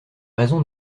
raison